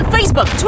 Facebook